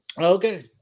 Okay